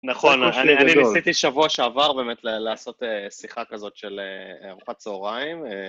נכון, אני ניסיתי שבוע שעבר באמת לעשות שיחה כזאת של ארוחת צהריים.